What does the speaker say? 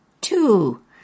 two